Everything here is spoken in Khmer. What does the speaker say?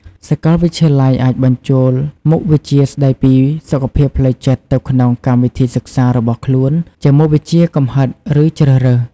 សាកលវិទ្យាល័យអាចបញ្ចូលមុខវិជ្ជាស្តីពីសុខភាពផ្លូវចិត្តទៅក្នុងកម្មវិធីសិក្សារបស់ខ្លួនជាមុខវិជ្ជាកំហិតឬជ្រើសរើស។